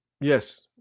yes